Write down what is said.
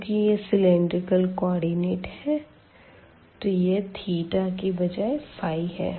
चूँकि यह cylindrical coordinate है तो यह थीटा की बजाये है